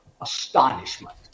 astonishment